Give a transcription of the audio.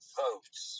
votes